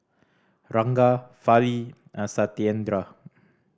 Ranga Fali and Satyendra